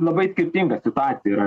labai skirtinga situacija yra